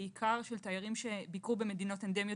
בעיקר של תיירים שביקרו במדינות אנדמיות